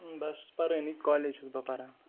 بَس پَرٲنی کالیج چھُس بہٕ پَران